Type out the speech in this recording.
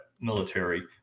military